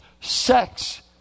sex